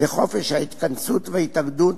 לחופש ההתכנסות וההתאגדות,